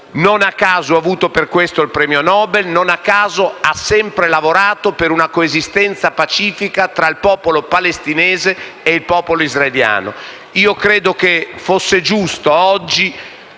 Non a caso ha ricevuto per questo il premio Nobel e, non a caso, ha sempre lavorato per una coesistenza pacifica tra i il popolo palestinese e il popolo israeliano. Ho creduto fosse giusto, oggi,